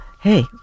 hey